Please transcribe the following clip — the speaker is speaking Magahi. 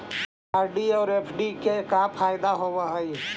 आर.डी और एफ.डी के का फायदा होव हई?